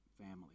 family